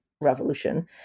Revolution